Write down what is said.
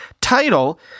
Title